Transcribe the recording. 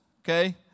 okay